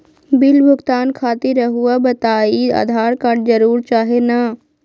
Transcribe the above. Bill भुगतान खातिर रहुआ बताइं आधार कार्ड जरूर चाहे ना?